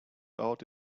out